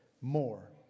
more